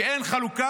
כי אין חלוקה,